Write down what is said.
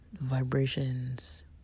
vibrations